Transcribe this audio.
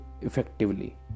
effectively